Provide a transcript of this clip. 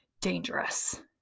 dangerous